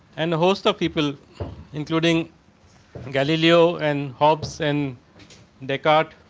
and host are people including galileo and hobbes and descartes,